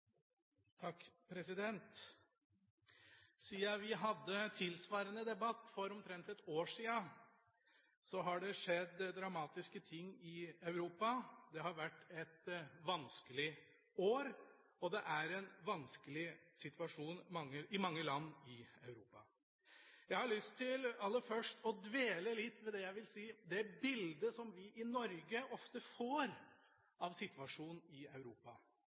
hadde tilsvarende debatt for omtrent et år siden, har det skjedd dramatiske ting i Europa. Det har vært et vanskelig år, og det er en vanskelig situasjon i mange land i Europa. Jeg har aller først lyst til å dvele litt ved det bildet som vi i Norge ofte får av situasjonen i Europa.